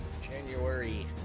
January